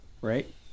right